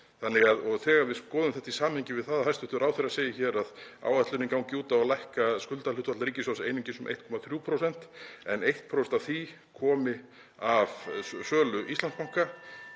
kosningar. Þegar við skoðum þetta í samhengi við það að hæstv. ráðherra segir að áætlunin gangi út á að lækka skuldahlutfall ríkissjóðs einungis um 1,3% en 1% af því komi af sölu Íslandsbanka,